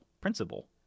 principle